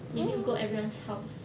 we need to go everyone's house